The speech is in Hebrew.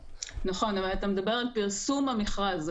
נכון אבל אתה מדבר על פרסום המכרז.